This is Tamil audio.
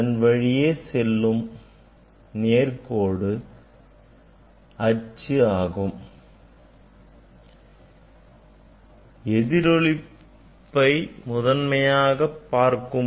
அதன் வழியே செல்லும் நேர்கோடு மைய அச்சு ஆகும்